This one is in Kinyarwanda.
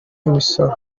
imisoro